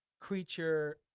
creature